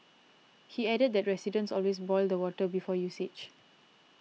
he added that residents always boil the water before usage